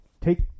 take